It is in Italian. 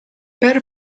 per